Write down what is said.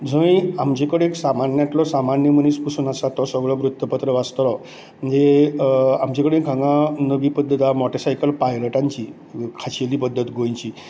जंय आमचे कडेन सामान्यांतलो सामान्य मनीस पसून आसा तो सगळो वृत्तपत्र वाचतलो म्हणजे आमचे कडेन हांगा मोठी पद्दत आसा मोटारसायकल पायलटांची खाशेली पद्दत गोंयची